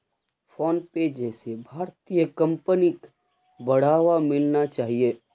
PhonePe जैसे भारतीय कंपनिक बढ़ावा मिलना चाहिए